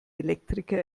elektriker